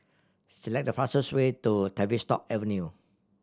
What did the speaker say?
select the fastest way to Tavistock Avenue